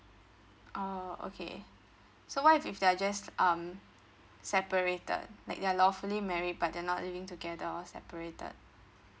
orh okay so what if they are just um separated like their lawfully married but they're not living together or separated